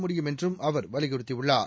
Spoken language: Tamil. முடியும் என்றும் அவர் வலியுறுத்தி உள்ளார்